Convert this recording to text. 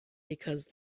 because